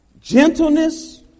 gentleness